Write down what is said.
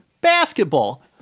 basketball